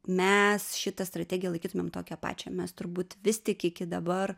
mes šitą strategiją laikytumėm tokią pačią mes turbūt vis tik iki dabar